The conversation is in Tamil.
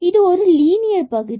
இது ஒரு லீனியர் பகுதி